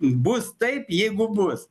bus taip jeigu bus